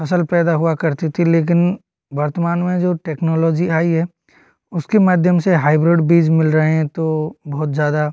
फसल पैदा हुआ करती थी लेकिन वर्तमान में जो टेक्नोलॉजी आई है उसके माध्यम से हाइब्रिड बीज मिल रहे हैं तो बहुत ज्यादा